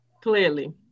clearly